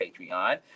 Patreon